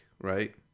right